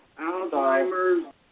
Alzheimer's